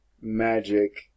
magic